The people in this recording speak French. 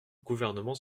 gouvernement